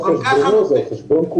זה לא על חשבון משרד החינוך.